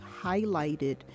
highlighted